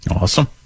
Awesome